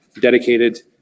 dedicated